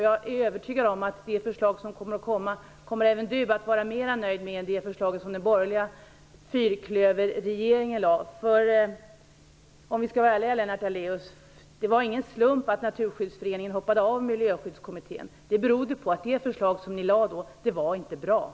Jag är övertygad om att även Lennart Daléus kommer att vara mera nöjd med det förslag som kommer än med det förslag som den borgerliga fyrklöverregeringen lade fram. Om vi skall vara ärliga, Lennart Daléus, får vi väl säga: Det var ingen slump att Naturskyddsföreningen hoppade av Miljöskyddskommittén, utan det berodde på att det förslag som ni då lade fram inte var bra.